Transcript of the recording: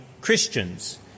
Christians